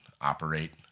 operate